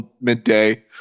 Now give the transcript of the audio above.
midday